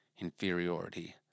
inferiority